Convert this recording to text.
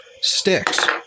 sticks